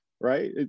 right